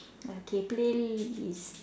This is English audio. okay playlist